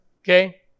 Okay